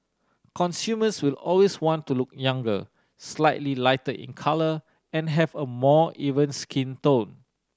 consumers will always want to look younger slightly lighter in colour and have a more even skin tone